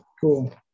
cool